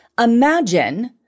Imagine